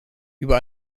über